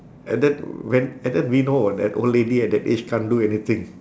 and then when and then we know that old lady at the age can't do anything